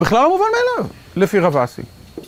בכלל לא מובן מאליו, לפי רבאסי.